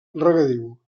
regadiu